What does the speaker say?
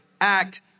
act